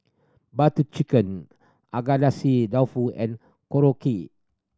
Butter Chicken Agadasi dofu and Korokke